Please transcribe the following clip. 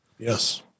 Yes